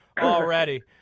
already